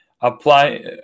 Apply